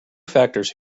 factors